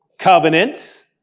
Covenants